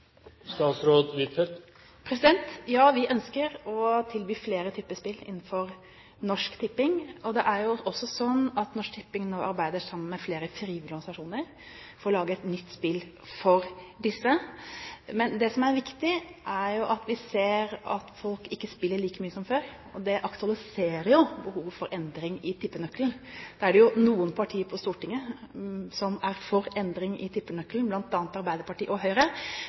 og det er jo også sånn at Norsk Tipping nå arbeider sammen med flere frivillige organisasjoner for å lage et nytt spill for disse. Men det som er viktig, er at vi ser at folk ikke spiller like mye som før. Det aktualiserer jo behovet for endring i tippenøkkelen. Så er det jo noen partier på Stortinget som er for endring i tippenøkkelen, bl.a. Arbeiderpartiet og Høyre,